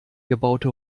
gebaute